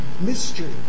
mystery